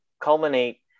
culminate